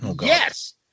Yes